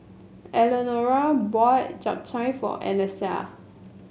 Elenora bought Japchae for Alesia